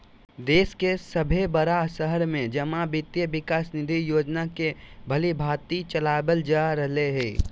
देश के सभे बड़ा शहर में जमा वित्त विकास निधि योजना के भलीभांति चलाबल जा रहले हें